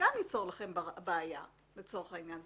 שגם ייצור לכם בעיה לצורך העניין.